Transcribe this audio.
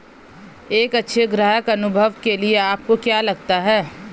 एक अच्छे ग्राहक अनुभव के लिए आपको क्या लगता है?